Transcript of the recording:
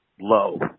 low